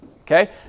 Okay